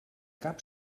cap